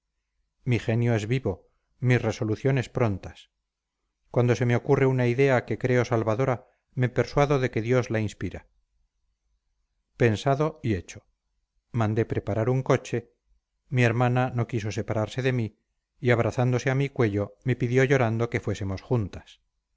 mi genio es vivo mis resoluciones prontas cuando se me ocurre una idea que creo salvadora me persuado de que dios la inspira pensado y hecho mandé preparar un coche mi hermana no quiso separarse de mí y abrazándose a mi cuello me pidió llorando que fuésemos juntas